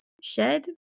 shed